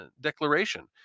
Declaration